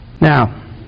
Now